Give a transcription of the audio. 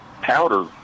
powder